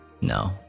no